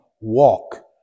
walk